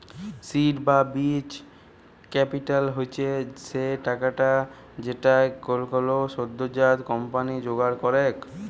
seed বা বীজ capital হচ্ছ সে টাকাটা যেইটা কোলো সদ্যজাত কম্পানি জোগাড় করেক